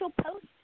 post